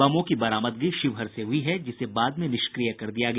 बमों की बरामदगी शिवहर से हुई है जिसे बाद में निष्क्रिय कर दिया गया